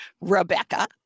Rebecca